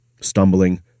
stumbling